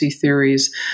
Theories